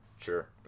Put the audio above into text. sure